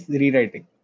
rewriting